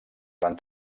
van